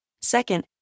Second